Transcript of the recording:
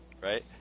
Right